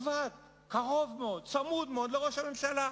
הוא עבד קרוב מאוד, צמוד מאוד לראש הממשלה.